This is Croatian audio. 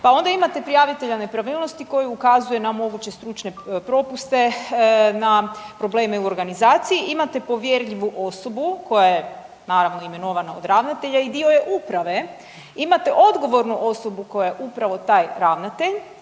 Pa onda imate prijavitelja nepravilnosti koji ukazuje na moguće stručne propuste, na probleme u organizaciji, imate povjerljivu osobu koja je naravno imenovana od ravnatelja i dio je uprave. Imate odgovornu osobu koja je upravo taj ravnatelj